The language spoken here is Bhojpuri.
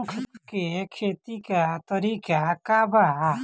उख के खेती का तरीका का बा?